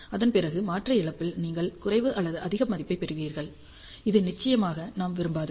அதன் பிறகு மாற்று இழப்பில் நீங்கள் குறைவு அல்லது அதிக மதிப்பைப் பெறுவீர்கள் இது நிச்சயமாக நாம் விரும்பாதது